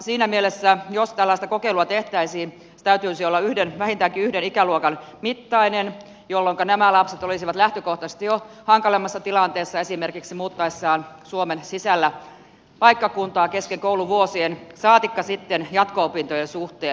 siinä mielessä jos tällaista kokeilua tehtäisiin sen täytyisi olla vähintäänkin yhden ikäluokan mittainen jolloinka nämä lapset olisivat jo lähtökohtaisesti hankalammassa tilanteessa esimerkiksi muuttaessaan suomen sisällä paikkakuntaa kesken kouluvuosien saatikka sitten jatko opintojen suhteen